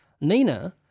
Nina